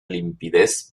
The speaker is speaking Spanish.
limpidez